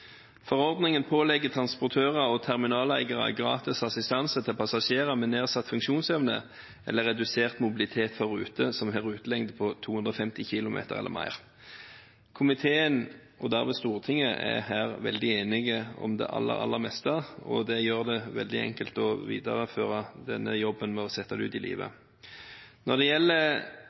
Forordningen pålegger transportører og terminaleiere gratis assistanse til passasjerer med nedsatt funksjonsevne eller redusert mobilitet for ruter som har rutelengde på 250 km eller mer. Komiteen – og derved Stortinget – er her enige om det aller meste, og det gjør det veldig enkelt å videreføre jobben med å sette det ut i livet. Når det gjelder